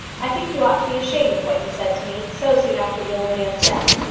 i think you ought to be ashamed of what you said to me so soon after the old man's death!